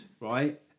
right